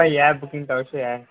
ꯍꯣꯏ ꯌꯥꯏ ꯕꯨꯛꯀꯤꯡ ꯇꯧꯁꯦ ꯌꯥꯏ